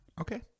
Okay